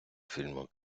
фільму